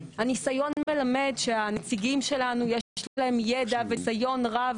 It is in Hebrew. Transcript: הניסיון מלמד שלנציגים שלנו יש ידע וניסיון רב